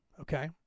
okay